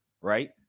right